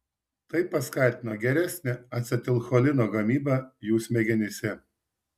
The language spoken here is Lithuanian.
tai paskatino geresnę acetilcholino gamybą jų smegenyse